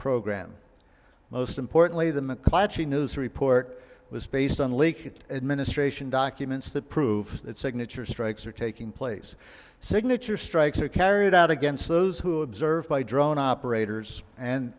program most importantly the mcclatchy news report was based on leaked administration documents that prove that signature strikes are taking place signature strikes are carried out against those who observed by drone operators and